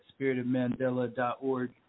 spiritofmandela.org